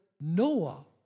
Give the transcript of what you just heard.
Noah